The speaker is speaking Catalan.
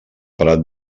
prat